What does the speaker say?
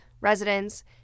residents